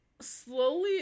slowly